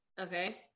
Okay